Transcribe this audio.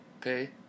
Okay